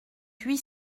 huit